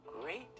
great